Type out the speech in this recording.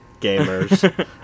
gamers